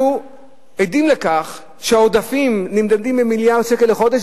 אנחנו עדים לכך שהעודפים נמדדים במיליארד שקל לחודש,